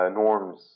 norms